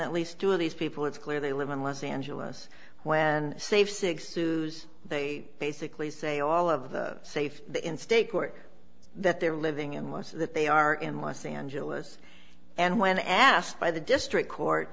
that least two of these people it's clear they live in los angeles when save six sues they basically say all of the safe in state court that they're living in most of that they are in los angeles and when asked by the district court